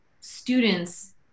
students